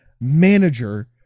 manager